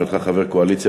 בהיותך חבר הקואליציה,